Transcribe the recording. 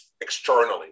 externally